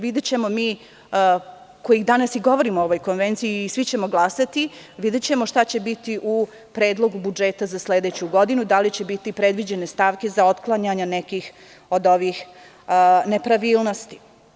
Videćemo mi koji danas govorimo o ovoj konvenciji, i svi ćemo glasati, šta će biti u predlogu budžeta za sledeću godinu, da li će biti predviđene stavke za otklanjanje nekih od ovih nepravilnosti.